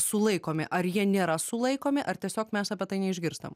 sulaikomi ar jie nėra sulaikomi ar tiesiog mes apie tai neišgirstam